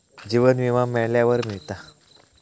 जीवन विमा मेल्यावर मिळता